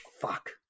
fuck